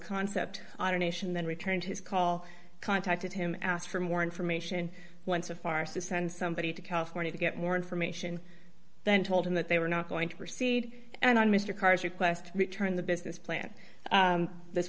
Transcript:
concept automation then returned his call contacted him asked for more information once a farce to send somebody to california to get more information then told him that they were not going to proceed and on mr karr's request return the business plan this